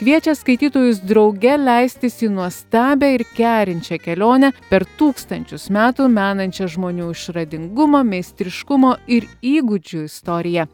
kviečia skaitytojus drauge leistis į nuostabią ir kerinčią kelionę per tūkstančius metų menančią žmonių išradingumo meistriškumo ir įgūdžių istoriją